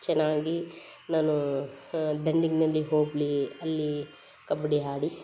ಚೆನ್ನಾಗಿ ನಾನು ಹೋಗಲಿ ಅಲ್ಲಿ ಕಬಡ್ಡಿ ಆಡಿ